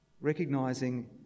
Recognizing